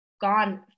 Gone